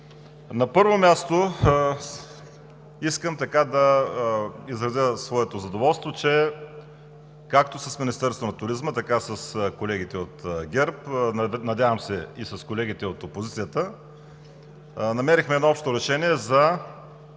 На първо място, искам да изразя своето задоволство, че както с Министерството на туризма, така и с колегите от ГЕРБ, надявам се и с колегите от опозицията, намерихме едно общо решение за